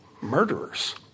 murderers